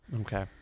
Okay